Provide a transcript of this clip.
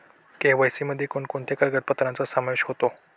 KYC मध्ये कोणकोणत्या कागदपत्रांचा समावेश होतो?